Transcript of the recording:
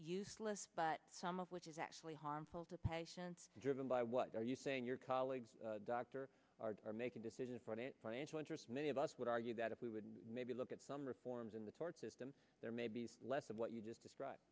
useless but some of which is actually harmful to patients driven by what are you saying your colleagues doctor are making decisions many of us would argue that if we would maybe look at some reforms in the system there may be less of what you just described